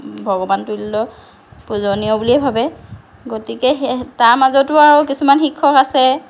ভগৱানতুল্য পূজনীয় বুলিয়েই ভাবে গতিকে সেই তাৰ মাজতো আৰু কিছুমান শিক্ষক আছে